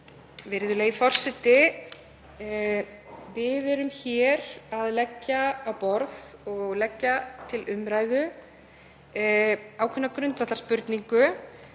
Við erum hér að leggja á borð og leggja til umræðu ákveðna grundvallarspurningu,